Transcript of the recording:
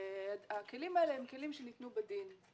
הכלים האלה הם כלים שניתנו בדין.